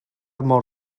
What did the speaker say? môr